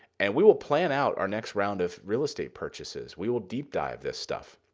and we will plan out our next round of real estate purchases. we will deep dive this stuff.